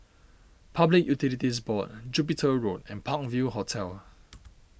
Public Utilities Board Jupiter Road and Park View Hotel